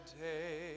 day